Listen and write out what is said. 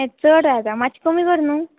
हें चड आसा मात्शें कमी कर न्हू